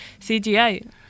CGI